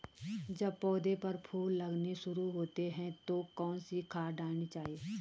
जब पौधें पर फूल लगने शुरू होते हैं तो कौन सी खाद डालनी चाहिए?